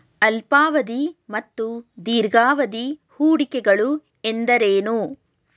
ಅಲ್ಪಾವಧಿ ಮತ್ತು ದೀರ್ಘಾವಧಿ ಹೂಡಿಕೆಗಳು ಎಂದರೇನು?